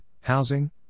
housing